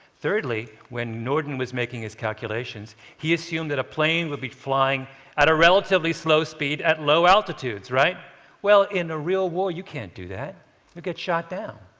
thirdly, when norden was making his calculations, he assumed that a plane would be flying at a relatively slow speed at low altitudes. well in a real war, you can't do that you'll get shot down.